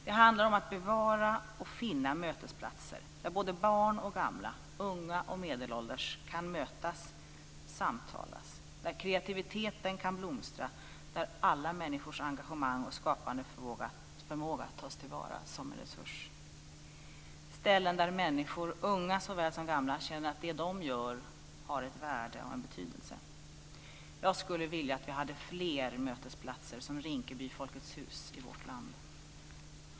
Det handlar om att bevara och finna mötesplatser där både barn och gamla, unga och medelålders kan mötas och samtala, där kreativiteten kan blomstra och där alla människors engagemang och skapande förmåga tas till vara som en resurs, ställen där människor, unga såväl som gamla, känner att det som de gör har ett värde och en betydelse. Jag skulle vilja att vi hade fler mötesplatser som Rinkeby Folkets hus i vårt land.